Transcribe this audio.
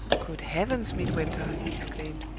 good heavens, midwinter, he exclaimed,